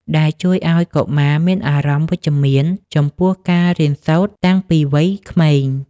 ដែលជួយឱ្យកុមារមានអារម្មណ៍វិជ្ជមានចំពោះការរៀនសូត្រតាំងពីវ័យក្មេង។